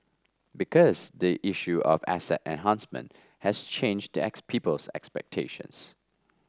because the issue of asset enhancement has changed the people's expectations